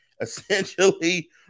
Essentially